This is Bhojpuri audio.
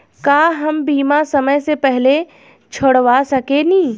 का हम बीमा समय से पहले छोड़वा सकेनी?